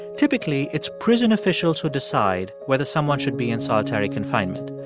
typically it's prison officials who decide whether someone should be in solitary confinement.